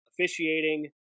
Officiating